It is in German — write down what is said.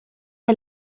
der